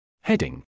Heading